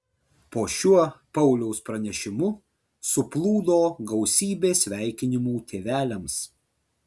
po šiuo pauliaus pranešimu suplūdo gausybė sveikinimų tėveliams